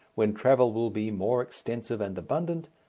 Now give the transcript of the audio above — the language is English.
when travel will be more extensive and abundant,